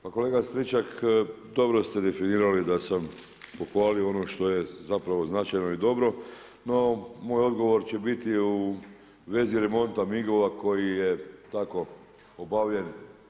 Pa kolega Stričak dobro ste definirali da sam pohvalio ono što je značajno i dobro, no moj odgovor će biti u vezi remonta MIG-ova koji je tako obavljen.